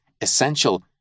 essential